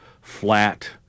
flat